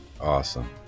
Awesome